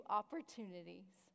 opportunities